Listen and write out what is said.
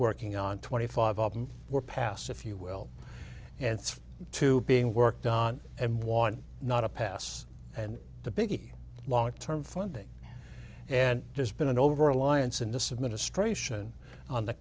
working on twenty five of them were passed if you will and two being worked on and one not a pass and the biggie long term funding and there's been an overreliance in this administration on the